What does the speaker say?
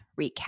recap